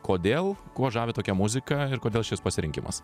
kodėl kuo žavi tokia muzika ir kodėl šis pasirinkimas